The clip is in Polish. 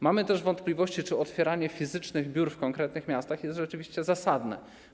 Mamy też wątpliwości, czy otwieranie fizycznych biur w konkretnych miastach jest rzeczywiście zasadne.